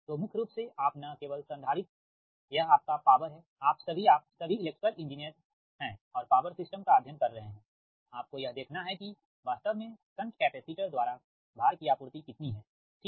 तो मुख्य रूप से आप न केवल संधारित्र यह आपका पॉवर है आप सभी आप सभी इलेक्ट्रिकल इंजीनियर हैं और पॉवर सिस्टम का अध्ययन कर रहे हैं आपको यह देखना है कि वास्तव में शंट कैपेसिटर द्वारा VAR की आपूर्ति कितनी है ठीक